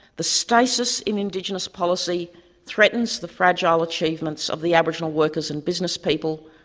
the stasis in indigenous policy threatens the fragile achievements of the aboriginal workers and business people,